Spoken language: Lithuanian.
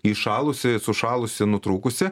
įšalusi sušalusi nutrūkusi